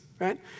right